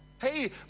Hey